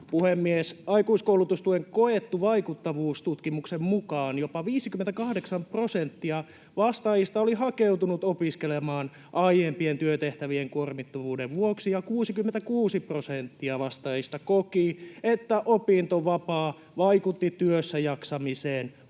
Aikuiskoulutustuen koettu vaikuttavuus tutkimuksen mukaan: jopa 58 prosenttia vastaajista oli hakeutunut opiskelemaan aiempien työtehtävien kuormittavuuden vuoksi, ja 66 prosenttia vastaajista koki, että opintovapaa vaikutti työssäjaksamiseen opintojen